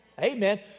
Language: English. Amen